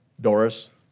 Doris